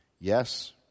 Yes